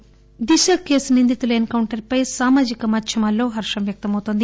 Sajjanar Disha case నిందితుల encounter పై సామాజిక మాధ్యమాల్లో హర్గం వ్యక్తమౌతోంది